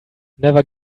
never